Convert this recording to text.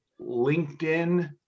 LinkedIn